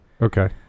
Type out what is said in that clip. Okay